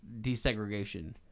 desegregation